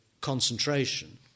concentration